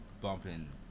bumping